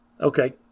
Okay